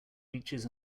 beaches